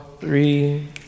three